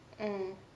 mm